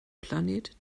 planet